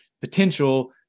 potential